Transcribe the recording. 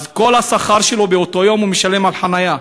אז את כל השכר שלו באותו יום הוא שילם על חניה.